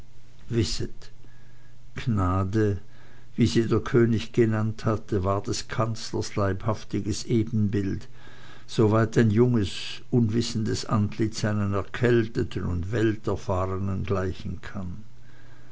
wißt gnade wie sie der könig genannt hatte war des kanzlers leibhaftiges ebenbild soweit ein junges unwissendes antlitz einem erkälteten und welterfahrenen gleichen kann